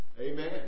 Amen